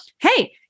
Hey